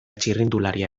txirrindularia